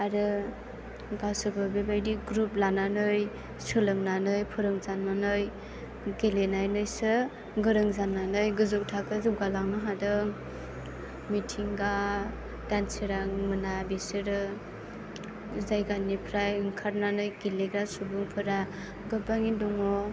आरो गावसोरबो बेबायदि ग्रुप लानानै सोलोंनानै फोरोंजानानै गेलेनानैसो गोरों जानानै गोजौ थाखोआव जौगालांनो हादों मिथिंगा दानसोरांमोना बिसोरो जायगानिफ्राय ओंखारनानै गेलेग्रा सुबुंफोरा गोबाङैनो दङ